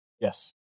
Yes